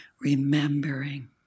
remembering